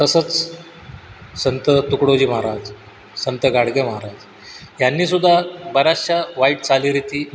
तसंच संत तुकडोजी महाराज संत गाडगे महाराज यांनी सुद्धा बऱ्याचशा वाईट चालीरीती